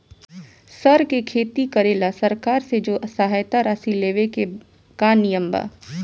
सर के खेती करेला सरकार से जो सहायता राशि लेवे के का नियम बा?